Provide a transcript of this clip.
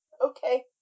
Okay